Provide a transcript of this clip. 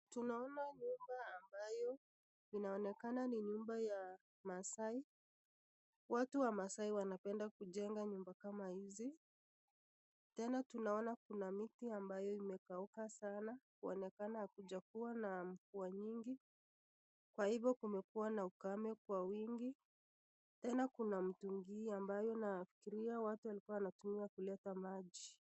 Tunaona nyumba ambayo inaonekana ni nyumba ya maasai. Watu wa maasai wanapenda kujenga nyumba kama hizi, tena tunaona kuna miti ambayo imekauka sana kuonekana hakujakuwa na mvua nyingi kwa hivyo kumekuwa na ukame kwa wingi tena kuna mtungi hii ambayo nafikiria watu walikuwa wanatumia kuleta maji.